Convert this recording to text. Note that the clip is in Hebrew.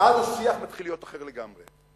ואז השיח מתחיל להיות אחר לגמרי,